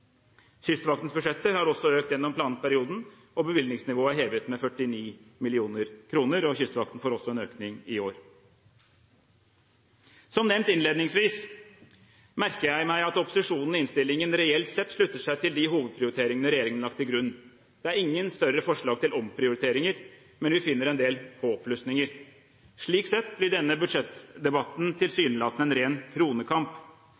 Kystvaktens budsjetter har også økt gjennom planperioden, og bevilgningsnivået er hevet med 49 mill. kr. Kystvakten får også en økning i år. Som nevnt innledningsvis, merker jeg meg at opposisjonen i innstillingen reelt sett slutter seg til de hovedprioriteringene regjeringen har lagt til grunn. Det er ingen forslag til større omprioriteringer, men vi finner en del påplussinger. Slik sett blir denne budsjettdebatten tilsynelatende en ren kronekamp.